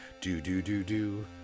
do-do-do-do